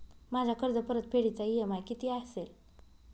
माझ्या कर्जपरतफेडीचा इ.एम.आय किती असेल?